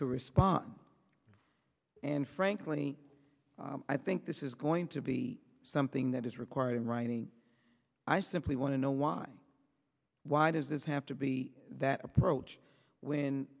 to respond and frankly i think this is going to be something that is required in writing i simply want to know why why does this have to be that approach when